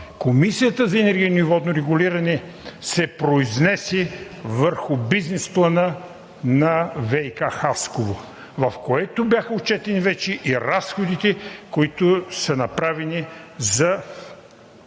Комисията за енергийно и водно регулиране се произнесе върху бизнес плана на ВиК – Хасково, в който бяха отчетени вече и разходите, които са направени за